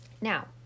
Now